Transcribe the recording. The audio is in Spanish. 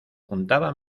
juntaba